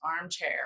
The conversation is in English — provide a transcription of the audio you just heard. armchair